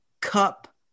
cup